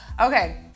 Okay